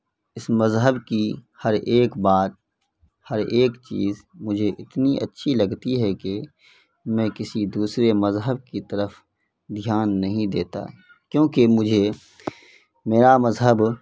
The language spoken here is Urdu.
اس مذہب کی ہر ایک بات ہر ایک چیز مجھے اتنی اچھی لگتی ہے کہ میں کسی دوسرے مذہب کی طرف دھیان نہیں دیتا کیونکہ مجھے میرا مذہب